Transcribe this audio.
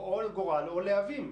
או לגורל או ללהבים.